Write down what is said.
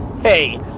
hey